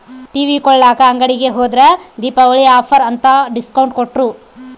TV ಕೊಳ್ಳಾಕ ಅಂಗಡಿಗೆ ಹೋದ್ರ ದೀಪಾವಳಿ ಆಫರ್ ಅಂತ ಡಿಸ್ಕೌಂಟ್ ಕೊಟ್ರು